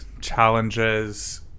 challenges